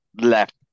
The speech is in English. left